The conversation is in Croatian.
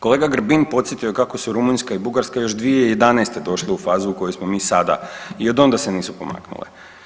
Kolega Grbin podsjetio je kako su Rumunjska i Bugarska još 2011. došle u fazu u kojoj smo mi sada i odonda se nisu pomaknule.